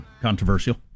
controversial